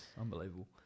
unbelievable